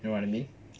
you know what I mean